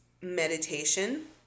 meditation